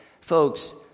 Folks